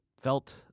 felt